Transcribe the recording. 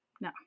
No